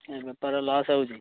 ବେପାର ଲସ୍ ହେଉଛି